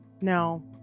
no